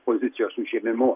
pozicijos užėmimu